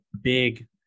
big